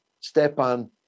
Stepan